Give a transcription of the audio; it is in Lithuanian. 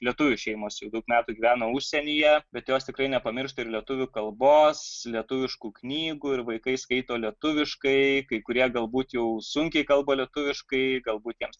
lietuvių šeimos jau daug metų gyveno užsienyje bet jos tikrai nepamiršta ir lietuvių kalbos lietuviškų knygų ir vaikai skaito lietuviškai kai kurie galbūt jau sunkiai kalba lietuviškai galbūt jiems